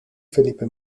felipe